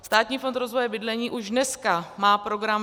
Státní fond rozvoje bydlení už dneska má program